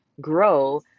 grow